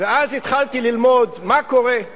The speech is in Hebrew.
ואז התחלתי ללמוד מה קורה.